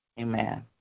Amen